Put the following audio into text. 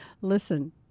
listen